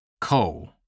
Coal